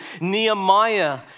Nehemiah